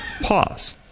Pause